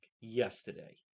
yesterday